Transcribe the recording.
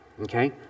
okay